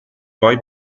poi